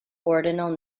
ordinal